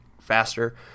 faster